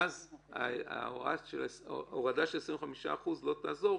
ואז הורדה של 25% לא תעזור,